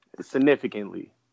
significantly